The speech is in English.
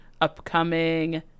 upcoming